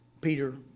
Peter